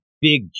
big